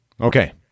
Okay